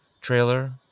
trailer